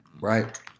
right